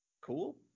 Cool